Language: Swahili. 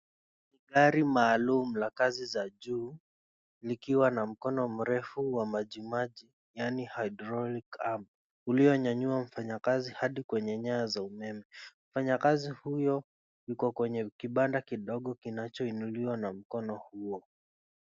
Ni gari maalum la kazi za juu likiwa na mkono mrefu wa maji maji yaani Hydrolic Arm ulionyenyua mfanyakazi hadi kwenye nyaya za umeme, mfanyakazi huyo yuko kwenye kibanda kidogo kinacho nunuliwa na mkono huo.